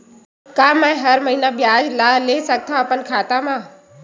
का मैं हर महीना ब्याज ला ले सकथव अपन खाता मा?